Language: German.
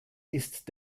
ist